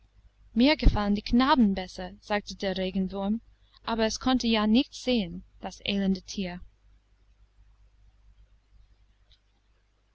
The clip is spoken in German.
mir gefallen die knaben besser sagte der regenwurm aber es konnte ja nicht sehen das elende tier